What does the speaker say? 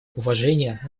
уважения